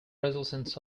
results